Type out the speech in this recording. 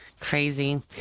Crazy